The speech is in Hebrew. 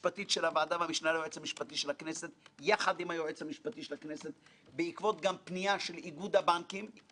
מה שהיה מייצר מצב שאולי בדור הבא היינו מצליחים להניח את הדוח.